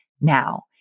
now